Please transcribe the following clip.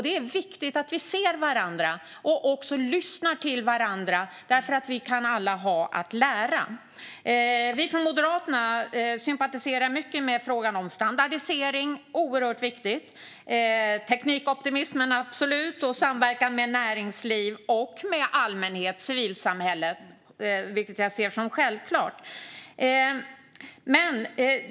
Det är viktigt att vi ser varandra och även lyssnar på varandra, för vi kan alla ha något att lära. Vi i Moderaterna sympatiserar med frågor om standardisering, som är oerhört viktigt, teknikoptimism och samverkan med näringsliv - och med allmänhet och civilsamhälle, vilket jag ser som självklart.